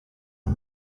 nta